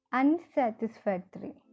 unsatisfactory